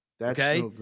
okay